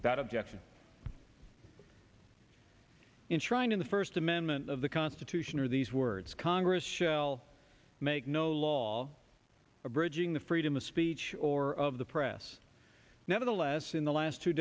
without objection in trying in the first amendment of the constitution are these words congress shall make no law abridging the freedom of speech or of the press nevertheless in the last two